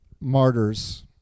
martyrs